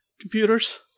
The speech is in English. computers